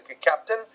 captain